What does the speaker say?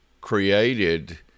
created